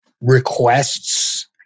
requests